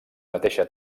mateixa